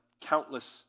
Countless